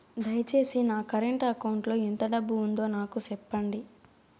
దయచేసి నా current account లో ఎంత డబ్బు ఉందో నాకు సెప్పండి